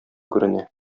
күренә